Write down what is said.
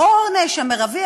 העונש המרבי,